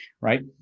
right